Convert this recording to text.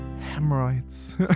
hemorrhoids